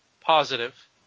positive